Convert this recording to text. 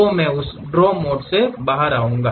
तो मैं उस ड्रा मोड से बाहर आऊंगा